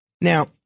Now